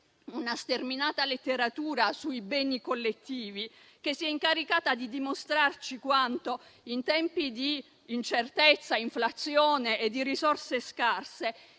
una sterminata letteratura sui beni collettivi che si è incaricata di dimostrarci quanto, in tempi di incertezza, di inflazione e di risorse scarse,